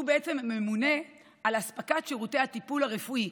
שהוא בעצם הממונה על אספקת שירותי הטיפול הרפואי,